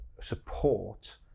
support